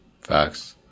Facts